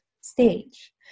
stage